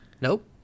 nope